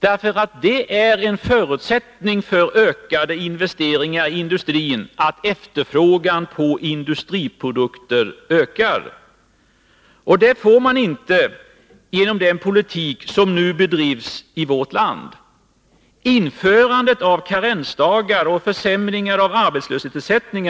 Det är nämligen en förutsättning för ökade investeringar i industrin att efterfrågan på industriprodukter ökar. Det åstadkommer man inte genom den politik som nu bedrivs i vårt land. Införandet av karensdagar och en minskad arbetslöshetsersättning